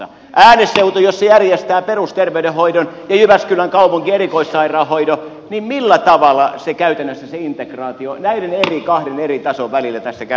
jos ääneseutu järjestää perusterveydenhoidon ja jyväskylän kaupunki erikoissairaanhoidon niin millä tavalla käytännössä se integraatio näiden kahden eri tason välillä tässä käytännössä toteutuu